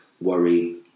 worry